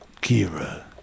Kira